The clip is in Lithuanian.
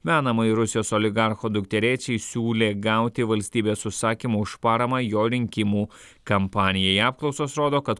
menamai rusijos oligarcho dukterėčiai siūlė gauti valstybės užsakymų už paramą jo rinkimų kampanijai apklausos rodo kad